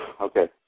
Okay